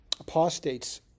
apostates